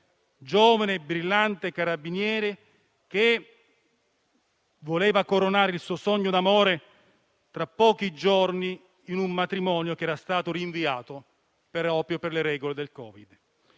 giovane e brillante Carabiniere che voleva coronare il suo sogno d'amore, tra pochi giorni, con un matrimonio che era stato rinviato proprio per le regole del Covid.